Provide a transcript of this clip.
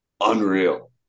unreal